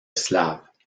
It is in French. slaves